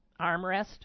armrest